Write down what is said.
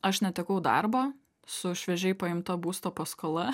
aš netekau darbo su šviežiai paimta būsto paskola